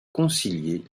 concilier